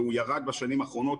והוא ירד מאוד בשנים האחרונות,